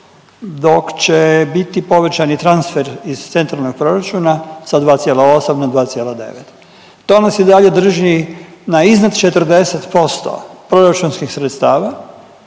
dok će biti povećan i transfer iz centralnog proračuna sa 2,8 na 2,9. To nas i dalje drži na iznad 40% proračunskih sredstva